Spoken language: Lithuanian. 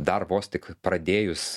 dar vos tik pradėjus